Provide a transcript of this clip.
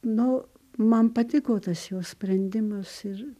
nu man patiko tas jo sprendimas ir